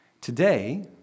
Today